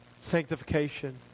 Sanctification